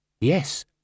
Yes